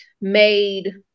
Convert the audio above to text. made